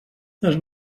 les